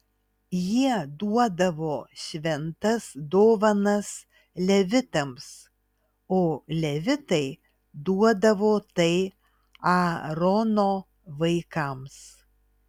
jie duodavo šventas dovanas levitams o levitai duodavo tai aarono vaikams